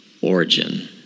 origin